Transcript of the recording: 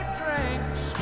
drinks